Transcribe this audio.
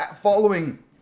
following